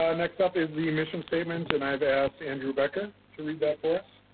um next up is the mission statement and i've asked andrew becker to read that for us.